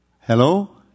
Hello